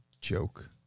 joke